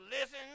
listen